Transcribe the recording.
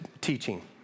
teaching